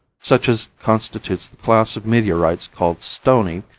such as constitutes the class of meteorites called stony,